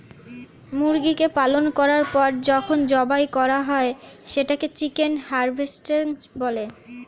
মুরগিকে পালন করার পর যখন জবাই করা হয় সেটাকে চিকেন হারভেস্টিং বলে